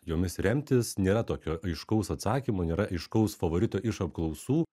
jomis remtis nėra tokio aiškaus atsakymo nėra aiškaus favorito iš apklausų